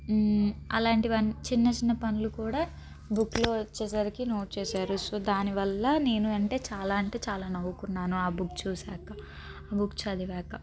అలాంటివి చిన్న చిన్న పనులు కూడా బుక్లో వచ్చేసరికి నోట్ చేశారు సో దానివల్ల నేను అంటే చాలా అంటే చాలా నవ్వుకున్నాను ఆ బుక్ చూశాక ఆ బుక్ చదివాక